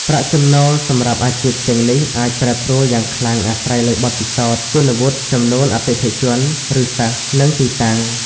ប្រាក់ចំណូលសម្រាប់អាជីពទាំងនេះអាចប្រែប្រួលយ៉ាងខ្លាំងអាស្រ័យលើបទពិសោធន៍ គុណវុឌ្ឍិ ចំនួនអតិថិជន ឬសិស្ស និងទីតាំង។